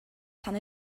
tan